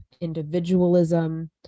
individualism